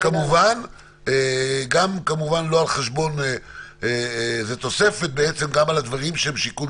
כמובן לא על חשבון תוספת גם על הדברים שהם שיקול